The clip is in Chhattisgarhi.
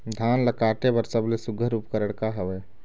धान ला काटे बर सबले सुघ्घर उपकरण का हवए?